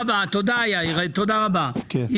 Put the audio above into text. חבר הכנסת ינון אזולאי, בקשה.